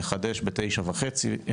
הישיבה ננעלה בשעה 09:25.